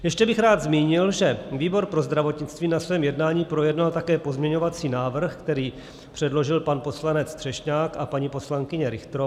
Ještě bych rád zmínil, že výbor pro zdravotnictví na svém jednání projednal také pozměňovací návrh, který předložil pan poslanec Třešňák a paní poslankyně Richterová.